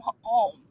home